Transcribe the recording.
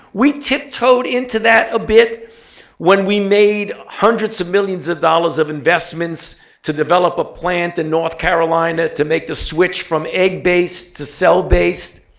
we tiptoed into that a bit when we made hundreds of millions of dollars of investments to develop a plant in north carolina to make the switch from egg-based to cell-based.